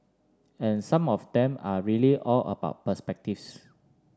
and some of them are really all about perspectives